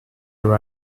her